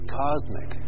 cosmic